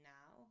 now